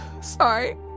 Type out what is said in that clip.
sorry